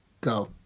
go